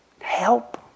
help